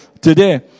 today